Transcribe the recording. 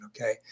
okay